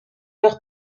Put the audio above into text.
leur